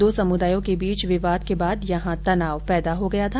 दो समुदायों के बीच विवाद के बाद यहां तनाव पैदा हो गया था